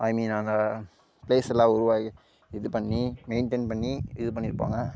ஐ mean அந்த place எல்லாம் உருவாக்கி இது பண்ணி மெயின்டைன் பண்ணி இது பண்ணிருப்பாங்க